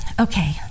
Okay